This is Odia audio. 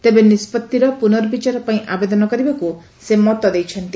ତେବେ ନିଷ୍ବଭିର ପୁନର୍ବିଚାର ପାଇଁ ଆବେଦନ କରିବାକୁ ସେ ମତ ଦେଇଛନ୍ତି